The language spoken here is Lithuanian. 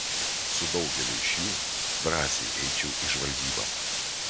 su daugeliu iš jų drąsiai eičiau į žvalgybą